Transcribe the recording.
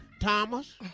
Thomas